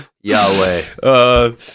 Yahweh